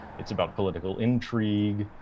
it's about political intrigue,